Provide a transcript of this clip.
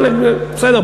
אבל בסדר.